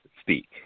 speak